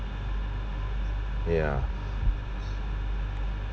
ya